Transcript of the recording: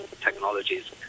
technologies